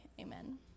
amen